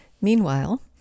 Meanwhile